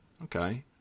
Okay